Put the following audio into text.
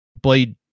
Blade